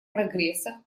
прогресса